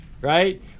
right